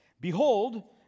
Behold